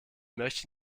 möchte